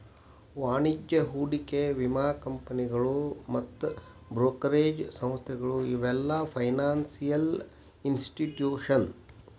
ವಾಣಿಜ್ಯ ಹೂಡಿಕೆ ವಿಮಾ ಕಂಪನಿಗಳು ಮತ್ತ್ ಬ್ರೋಕರೇಜ್ ಸಂಸ್ಥೆಗಳು ಇವೆಲ್ಲ ಫೈನಾನ್ಸಿಯಲ್ ಇನ್ಸ್ಟಿಟ್ಯೂಷನ್ಸ್